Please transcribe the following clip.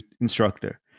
instructor